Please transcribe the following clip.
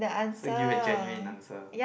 so you give a genuine answer